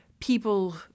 people—